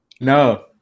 no